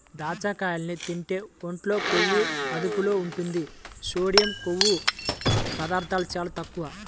దాచ్చకాయల్ని తింటే ఒంట్లో కొవ్వు అదుపులో ఉంటది, సోడియం, కొవ్వు పదార్ధాలు చాలా తక్కువ